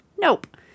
nope